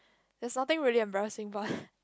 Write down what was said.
there's nothing really embarrassing but